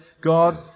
God